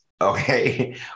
Okay